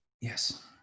Yes